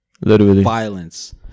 violence